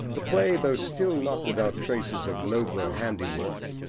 the play, though still not without traces of nobler handiwork,